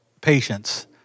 patience